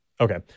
Okay